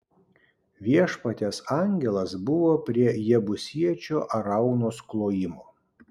viešpaties angelas buvo prie jebusiečio araunos klojimo